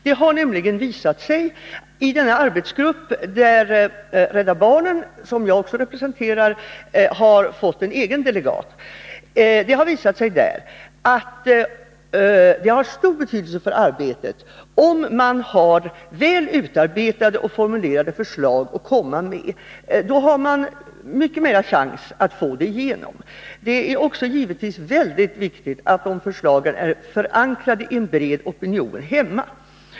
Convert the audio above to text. Det har nämligen visat sig att det i denna arbetsgrupp — där Rädda barnen, som jag också representerar, har fått en egen delegat — har stor betydelse för arbetet om man har väl underbyggda och formulerade förslag. Då har man mycket större chans att få igenom sina förslag. Det är givetvis också mycket viktigt att förslagen är förankrade i en bred opinion hemma.